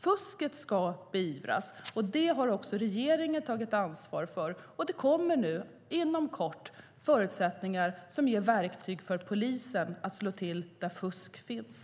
Fusket ska beivras. Det har regeringen tagit ansvar för, och det kommer inom kort förutsättningar som ger verktyg för polisen att slå till där fusk finns.